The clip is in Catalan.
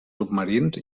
submarins